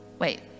Wait